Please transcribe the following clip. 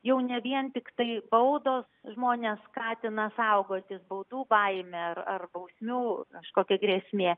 jau ne vien tiktai baudos žmones skatina saugotis baudų baimė ar bausmių kažkokia grėsmė